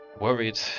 worried